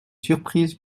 surprise